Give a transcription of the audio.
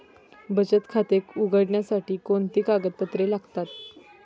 बचत खाते उघडण्यासाठी कोणती कागदपत्रे लागतात?